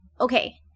Okay